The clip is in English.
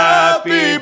Happy